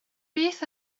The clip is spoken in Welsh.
beth